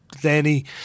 Danny